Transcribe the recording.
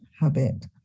habit